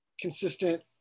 consistent